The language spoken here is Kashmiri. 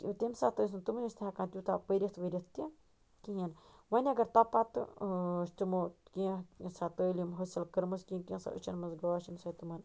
تہٕ تَمہِ ساتہٕ ٲسۍ نہٕ تَمہِ وِزِ ہیٚکان توتاہ پٔرِتھ ؤرِتھ تہِ کینٛہہ وَنہِ اگر توٚپتہٕ تہٕ تِمو کیٚنٛہہ سَہ تَعلیٖم حٲصِل کٔرمٕژ کیٚنٛہہ کیٚنٛژھا أچھن منٛز گاش ییٚمہِ سۭتۍ تِمن